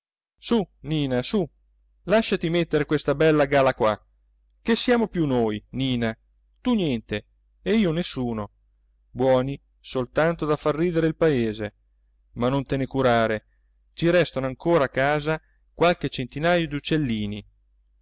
su nina su lasciati mettere questa bella gala qua che siamo più noi nina tu niente e io nessuno buoni soltanto da far ridere il paese ma non te ne curare ci restano ancora a casa qualche centinaio d'uccellini